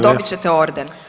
Dobit ćete orden.